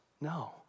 No